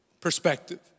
perspective